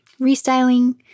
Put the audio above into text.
Restyling